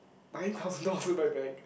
nine thousand dollars in my bank